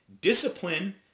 Discipline